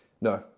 No